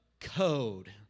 code